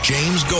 James